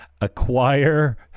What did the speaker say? acquire